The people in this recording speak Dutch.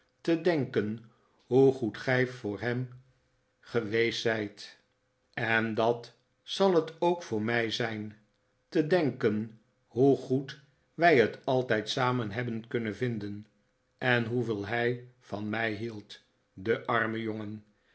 te denken hoe goed gij voor hem geweest zijt en dat zal het ook voor mij zijn te denken hoe goed wij het altijd samen hebben kunnen vinden en hoeveel hij van mij hield de arme jongen